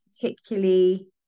particularly